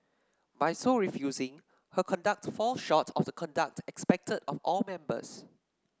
by so refusing her conduct falls short of the conduct expected of all members